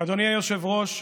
אדוני היושב-ראש,